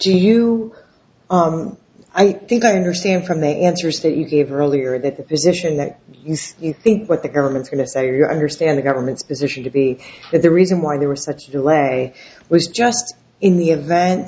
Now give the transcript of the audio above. do you i think i understand from the answers that you gave earlier that the position that you think what the government's going to say you understand the government's position to be the reason why they were such a delay was just in the event